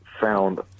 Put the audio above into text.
found